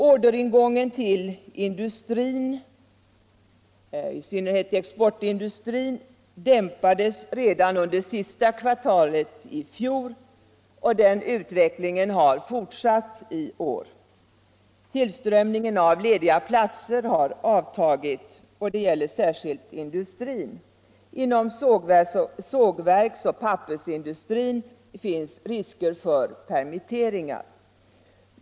Orderingången till industrin, i synnerhet exportindustrin, dimpades redan under det sista kvartalet i fjol, och den utvecklingen har fortsatt i år. Tillströmningen av lediga platser har avtagit, och det gäller särskilt industrin. Inom sågverksoch pappersindustrin finns risker för permitteringar.